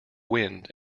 wind